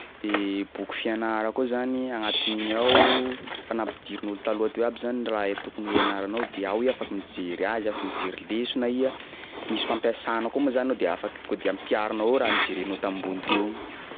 De boky fianara koa zany agnatin'igny ao fa nampidirin'olo taloha teo aby zany raha tokony ho ianaranao de ao iha afaky mijery azy, afaky mijery lesona iha, misy fampiasana koa moa zany ao de afaky tonga de ampiharinao ao raha nijerenao tambony teo igny.